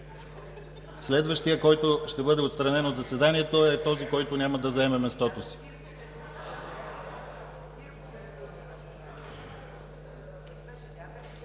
Следващият, който ще бъде отстранен от заседанието, е този, който няма да заеме мястото си!